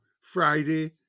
Friday